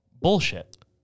bullshit